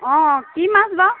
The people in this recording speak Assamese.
অঁ কি মাছ বা